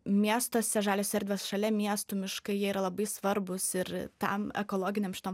miestuose žalios erdvės šalia miestų miškai jie yra labai svarbūs ir tam ekologinėm šitom